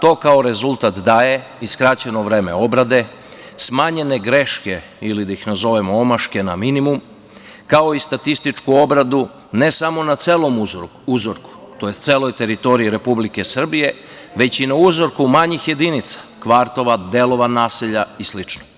To kao rezultat daje i skraćeno vreme obrade, smanjene greške, ili da ih nazovemo omaške na minimum, kao i statističku obradu, ne samo na celom uzorku, tj. celoj teritoriji Republike Srbije, već i na uzorku manjih jedinica, kvartova, delova naselja, i slično.